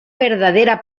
verdadera